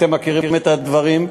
אתם מכירים את הדברים,